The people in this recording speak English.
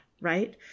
Right